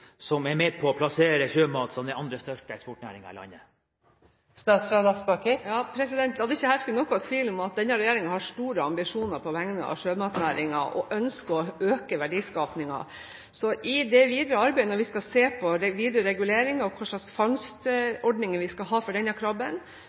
som er med på å plassere sjømat som den andre største eksportnæringen i landet? La det ikke herske noen tvil om at denne regjeringen har store ambisjoner på vegne av sjømatnæringen og ønsker å øke verdiskapingen. Når vi i det videre arbeidet skal se på reguleringen og hva slags